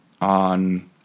on